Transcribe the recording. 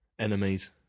Enemies